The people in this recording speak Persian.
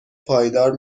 پایدار